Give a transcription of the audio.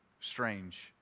strange